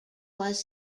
was